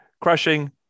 crushing